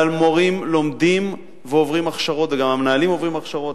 המורים לומדים ועוברים הכשרות וגם המנהלים עוברים הכשרות.